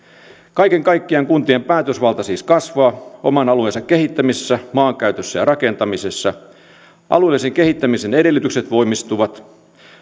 kaiken kaikkiaan kuntien päätösvalta siis kasvaa oman alueensa kehittämisessä maankäytössä ja rakentamisessa alueellisen kehittämisen edellytykset voimistuvat